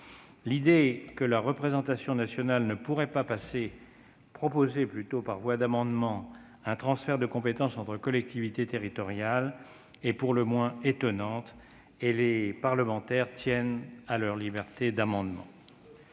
L'idée que la représentation nationale ne pourrait pas proposer par voie d'amendement un transfert de compétences entre collectivités territoriales est pour le moins étonnante. Or les parlementaires tiennent à leur liberté d'amendement.